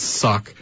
suck